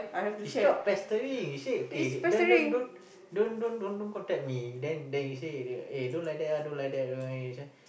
is not pestering you see okay then don't don't don't don't don't don't contact me then then you say eh don't like that ah don't like that eh you know this one